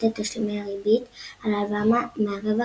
את תשלומי הריבית על ההלוואה מהרווח